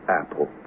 Apple